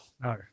No